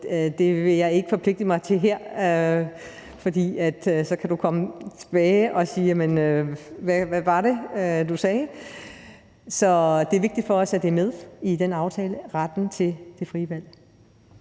måde, vil jeg ikke forpligte mig til her, for så kan du komme tilbage og sige: Hvad var det, du sagde? Det er vigtigt for os, at det er med i den aftale, altså retten til det frie valg.